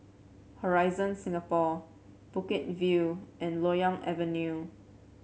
Horizon Singapore Bukit View and Loyang Avenue